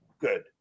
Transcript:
Good